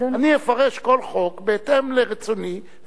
אני אפרש כל חוק בהתאם לרצוני,